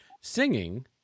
Singing